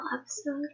episode